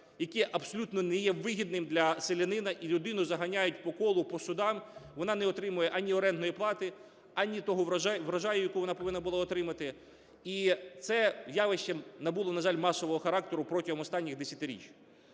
який абсолютно не є вигідним для селянина, і людину ганяють по колу, по судам, вона не отримує ані орендної плати, ані того врожаю, який вона повинна була отримати. І це явище, на жаль, набуло масового характеру протягом останніх десятиріч.